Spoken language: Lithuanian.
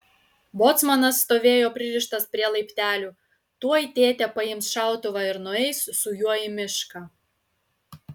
bocmanas stovėjo pririštas prie laiptelių tuoj tėtė paims šautuvą ir nueis su juo į mišką